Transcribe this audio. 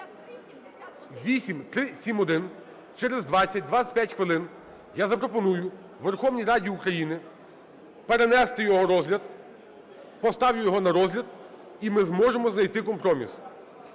8371, через 20-25 хвилин я запропоную Верховній Раді України перенести його розгляд, поставлю його на розгляд, і ми зможемо знайти компроміс.